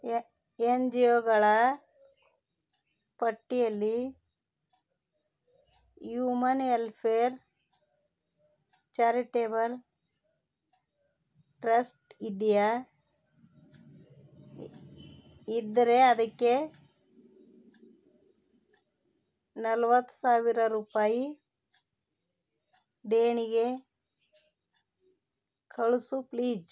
A N G ಓಗಳ ಪಟ್ಟಿಯಲ್ಲಿ human welfare charitable trust ಇದೆಯಾ ಇದ್ದರೆ ಅದಕ್ಕೆ ನಲ್ವತ್ತು ಸಾವಿರ ರೂಪಾಯಿ ದೇಣಿಗೆ ಕಳಿಸು ಪ್ಲೀಜ್